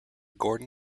gordon